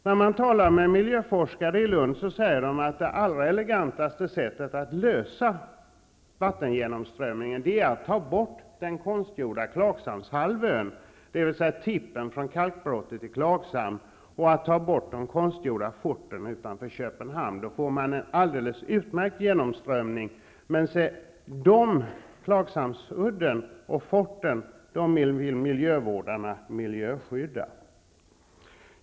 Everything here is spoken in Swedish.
När man talar med miljöforskare i Lund säger de att det allra elegantaste sättet att lösa problemet med vattengenomströmningen är att ta bort den konstgjorda Klagshamnshalvön, dvs. tippen från kalkbrottet i Klagshamn, och att ta bort de konstgjorda forten utanför Köpenhamn. Då får man en alldeles utmärkt genomströmning. Men se Klagshamnsudden och forten, dem vill miljövårdarna miljöskydda.